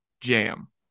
jam